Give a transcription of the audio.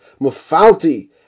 Mufalti